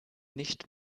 nicht